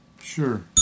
Sure